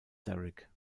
derrick